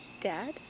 Dad